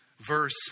verse